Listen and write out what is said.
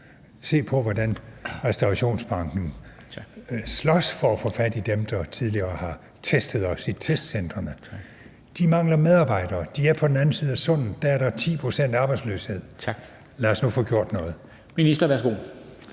Se på, hvordan restaurationsbranchen slås for at få fat i dem, der tidligere har testet os i testcentrene. De mangler medarbejdere. De medarbejdere er på den anden side af Sundet – dér er der 10 pct. arbejdsløshed. Lad os nu få gjort noget.